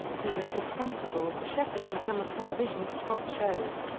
he was responsible for shepherding some of television's top shows,